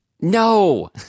No